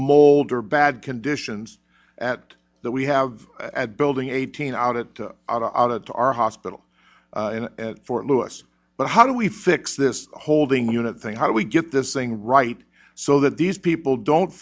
molder bad conditions at that we have building eighteen out of our hospital and fort lewis but how do we fix this holding unit thing how do we get this thing right so that these people don't